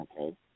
Okay